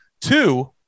Two